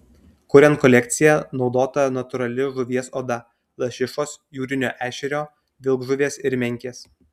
kuriant kolekciją naudota natūrali žuvies oda lašišos jūrinio ešerio vilkžuvės ir menkės